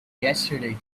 yesterday